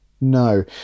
no